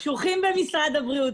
קשוחים במשרד הבריאות,